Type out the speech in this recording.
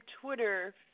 Twitter